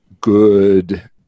good